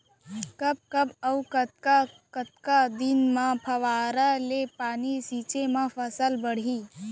कब कब अऊ कतका कतका दिन म फव्वारा ले पानी छिंचे म फसल बाड़ही?